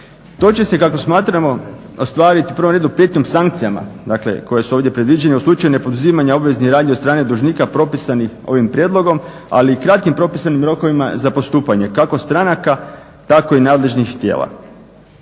To će se kako smatramo ostvariti u prvom redu … sankcijama dakle koje su ovdje predviđene u slučaju nepoduzimanju obveznih radnji od strane dužnika propisanih ovim prijedlogom ali i kratkim propisanim rokovima za postupanje kako stranaka tako i nadležnih tijela.